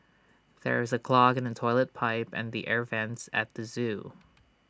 there is A clog in the Toilet Pipe and the air Vents at the Zoo